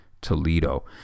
Toledo